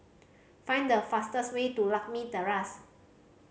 find the fastest way to Lakme Terrace